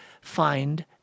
find